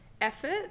effort